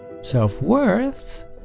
Self-worth